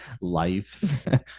life